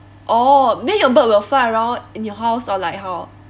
orh then your bird will fly around in your house or like how